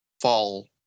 fall